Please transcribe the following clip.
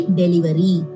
delivery